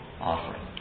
offering